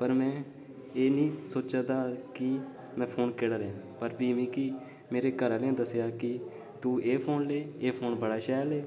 पर में एह् नेईं सोचा दा कि में फोन केह्ड़ा लैं फ्ही मिगी मेरे घरैआह्लें दस्सेआ कि तूं एह् फोन लै एह् फोन बड़ा शैल ऐ